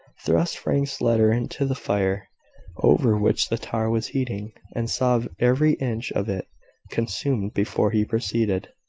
thrust frank's letter into the fire over which the tar was heating, and saw every inch of it consumed before he proceeded.